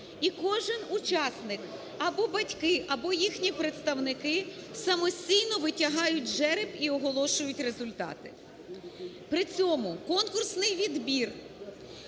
і кожен учасник або батьки, або їхні представники самостійно витягають жереб і оголошують результати. При цьому конкурсний відбір